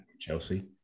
Chelsea